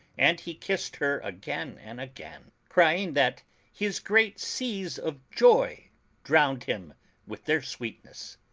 and he kissed her again and again, crying that his great seas of joy drowned him with their sweetness.